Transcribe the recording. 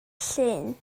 llyn